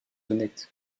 honnêtes